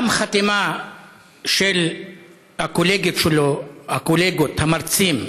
גם חתימה של הקולגות שלו, הקולגות, המרצים,